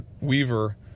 Weaver